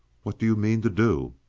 what do you mean to do?